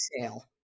sale